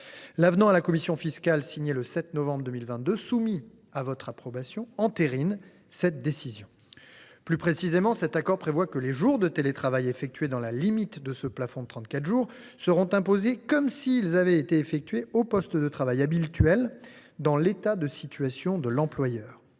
L’avenant à la convention fiscale signé le 7 novembre 2022, soumis à votre approbation, entérine cette décision. Plus précisément, cet accord prévoit que les jours de télétravail effectués dans la limite du plafond de 34 jours seront imposés comme s’ils avaient été effectués au poste de travail habituel dans l’État de situation de l’employeur.